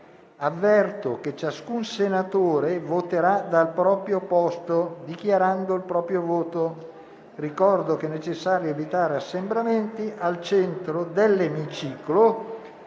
Capigruppo, ciascun senatore voterà dal proprio posto, dichiarando il proprio voto. Ricordo che è necessario evitare assembramenti al centro dell'Emiciclo.